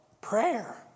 prayer